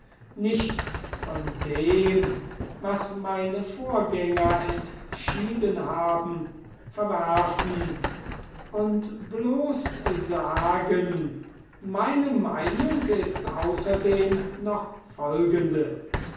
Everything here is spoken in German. nichts von dem was meine vorgänger entschieden haben verwerfen und sagen meine meinung ist außerdem noch folgende